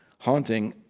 haunting,